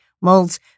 molds